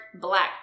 black